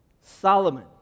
Solomon